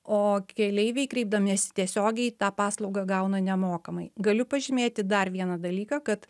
o keleiviai kreipdamiesi tiesiogiai tą paslaugą gauna nemokamai galiu pažymėti dar vieną dalyką kad